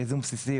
בייזום הבסיסי,